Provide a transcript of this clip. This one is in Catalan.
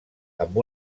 amb